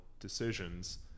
Decisions